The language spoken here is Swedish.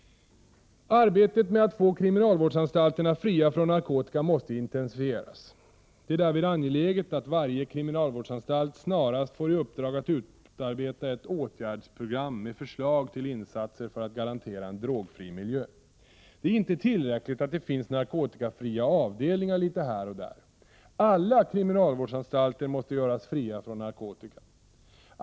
Arbetet med att få kriminalvårdsanstalterna fria från narkotika måste intensifieras. Det är därvid angeläget att varje kriminalvårdsanstalt snarast får i uppdrag att utarbeta ett åtgärdsprogram med förslag till insatser för att garantera en drogfri miljö. Det är inte tillräckligt att det finns narkotikafria avdelningar litet här och där. Alla kriminalvårdsanstalter måste göras fria från narkotika.